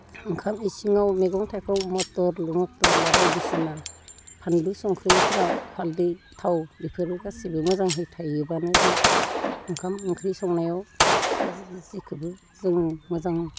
ओंखाम इसिङाव मैगं थाइगं मथर लाब्ला मथर बायदिसिना फानलु संख्रिफोरा हालदै थाव बेफोर गासैबो मोजांहै थायोब्लानो जों ओंखाम ओंख्रि संनायाव जिखोबो जों मोजां